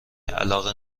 علاقه